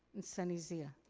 and sunny zia?